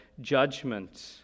judgment